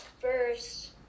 first